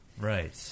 Right